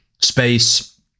space